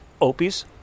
Opie's